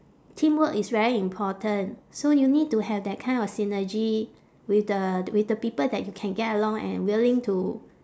teamwork is very important so you need to have that kind of synergy with the t~ with the people that you can get along and willing to